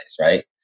right